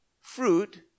fruit